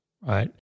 right